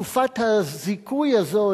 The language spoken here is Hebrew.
מה שביקשתי זה לדחות את תקופת הזיכוי הזאת,